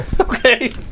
Okay